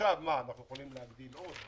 אנחנו יכולים להגדיל עוד?